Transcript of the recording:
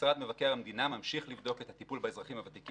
משרד מבקר המדינה ממשיך לבדוק את הטיפול באזרחים הוותיקים